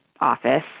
office